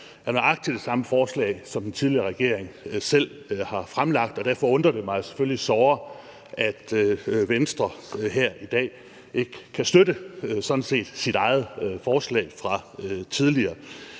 nøjagtig det samme forslag, som den tidligere regering selv har fremsat, og derfor undrer det mig selvfølgelig såre, at Venstre sådan set her i dag ikke kan støtte sit eget forslag fra tidligere.